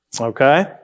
Okay